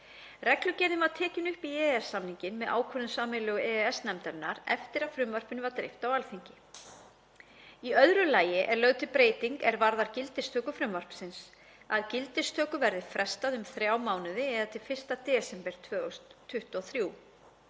Reglugerðin var tekin upp í EES-samninginn með ákvörðun sameiginlegu EES-nefndarinnar eftir að frumvarpinu var dreift á Alþingi. Í öðru lagi er lögð til breyting er varðar gildistöku frumvarpsins, að gildistöku verði frestað um þrjá mánuði eða til 1. desember 2023.